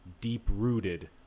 deep-rooted